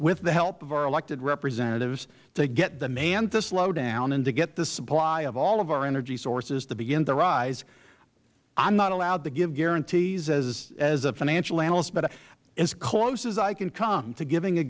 with the help of our elected representatives to get demand to slow down and to get the supply of all of our energy sources to begin to rise i am not allowed to give guarantees as a financial analyst but as close as i can come to giving a